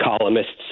columnists